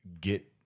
get